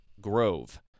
Grove